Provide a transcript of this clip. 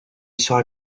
sera